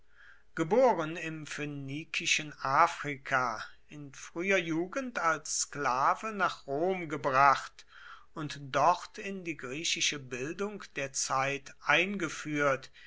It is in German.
geboren im phönikischen afrika in früher jugend als sklave nach rom gebracht und dort in die griechische bildung der zeit eingeführt